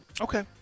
Okay